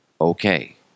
Okay